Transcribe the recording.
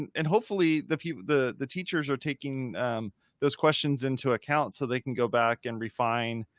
and hopefully the people, the the teachers are taking those questions into account so they can go back and refine.